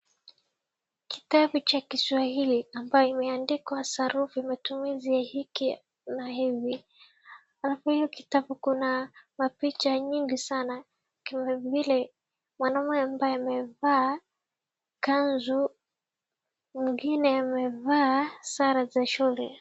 Kitabu cha Kiswahili ambacho kimeandikwa sarufi: matumizi ya hiki na hivi alafu hicho kitabu kuna picha nyingi sana, kama vile mwanaume ambaye amevaa kanzu, mwingine amevaa sare za shule.